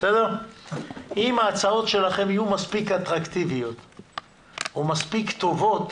אם ההצעות שלכם יהיו מספיק אטרקטיביות ומספיק טובות,